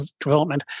development